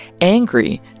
Angry